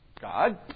God